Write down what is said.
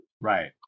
right